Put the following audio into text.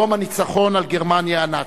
יום הניצחון על גרמניה הנאצית.